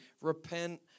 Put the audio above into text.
repent